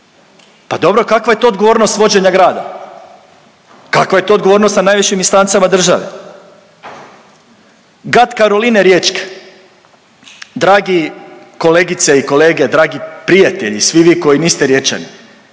pa dobro kakva je to odgovornost vođenja grada, kakva je to odgovornost sa najvišim instancama države? Gat Karoline riječke, dragi kolegice i kolege, dragi prijatelji svi vi koji niste Riječani,